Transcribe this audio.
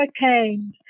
hurricanes